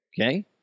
Okay